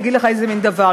אני אגיד לך איזה מין דבר.